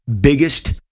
biggest